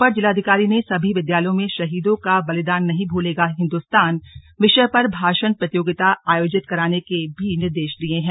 अपर जिलाधिकारी ने सभी विद्यालयों में शहीदों का बलिदान नही भूलेगा हिन्दुस्तान विषय पर भाषण प्रतियोगिता आयोजित कराने के निर्देश भी दिये हैं